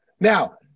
Now